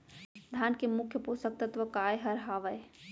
धान के मुख्य पोसक तत्व काय हर हावे?